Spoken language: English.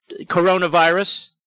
coronavirus